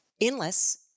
endless